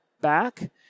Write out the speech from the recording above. back